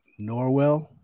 Norwell